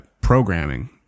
programming